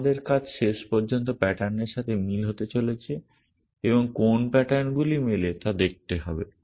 আমাদের কাজ শেষ পর্যন্ত প্যাটার্নের সাথে মিল হতে চলেছে এবং কোন প্যাটার্নগুলি মেলে তা দেখতে হবে